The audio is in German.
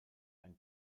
ein